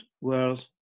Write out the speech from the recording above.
world